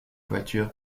voiture